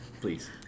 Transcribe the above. Please